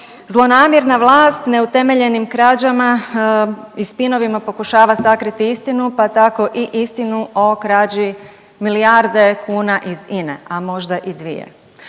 zlonamjerna vlast neutemeljenim krađama i spinovima pokušava sakriti istinu, pa tako i istinu o krađi milijarde kuna iz INA-e, a možda i dvije,